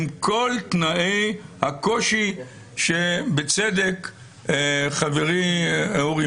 עם כל תנאי הקושי שבצדק חברי אורי